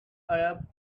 arab